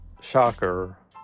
shocker